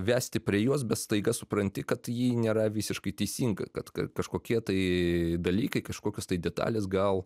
vesti prie jos bet staiga supranti kad ji nėra visiškai teisinga kad ka kažkokie tai dalykai kažkokios tai detalės gal